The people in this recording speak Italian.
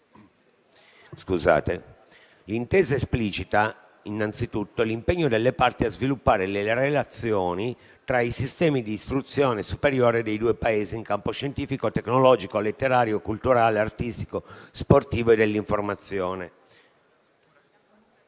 L'intesa esplicita innanzitutto l'impegno delle parti a sviluppare le relazioni tra i sistemi di istruzione superiore dei due Paesi in campo scientifico, tecnologico, letterario, culturale, artistico, sportivo e dell'informazione,